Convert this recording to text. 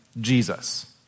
Jesus